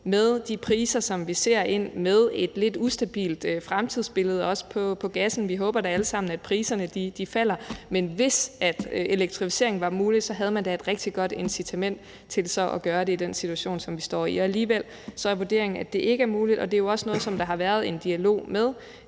Med de priser, som vi ser ind i, med et lidt ustabilt fremtidsbillede, også i forhold til gas – vi håber da alle sammen, at priserne falder – tænker jeg, at hvis elektrificering var mulig, havde man da et rigtig godt incitament til at gøre det i den situation, som vi står i. Alligevel er vurderingen, at det ikke er muligt. Det er jo også noget, som der har været en dialog med